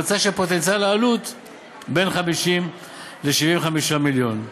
נמצא שפוטנציאל העלות הוא בין 50 ל־75 מיליון.